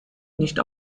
nicht